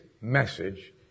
message